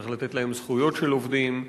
צריך לתת להם זכויות של עובדים.